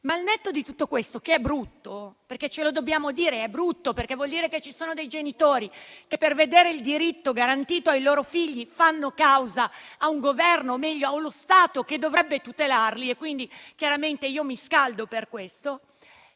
Al netto di tutto questo che è brutto - dobbiamo dircelo che è brutto, perché vuol dire che ci sono dei genitori che per vedere il diritto garantito ai loro figli fanno causa a un Governo o, meglio, a uno Stato che dovrebbe tutelarli e quindi, chiaramente, io mi scaldo per questo